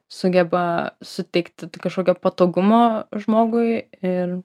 sugeba suteikti kažkokio patogumo žmogui ir